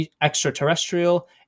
Extraterrestrial